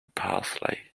parsley